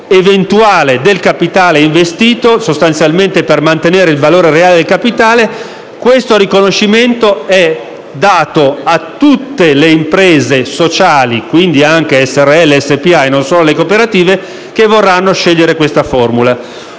eventuale del capitale investito - sostanzialmente per mantenere il valore reale del capitale - viene riconosciuto a tutte le imprese sociali - quindi anche Srl, SpA, e non solo alle cooperative - che vorranno scegliere questa formula.